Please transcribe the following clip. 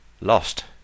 lost